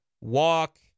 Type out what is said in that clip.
walk